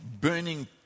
burning